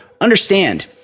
Understand